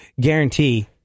guarantee